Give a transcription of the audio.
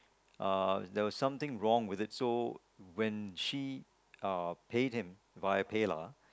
uh there was something wrong with it so when she uh paid him via PayLah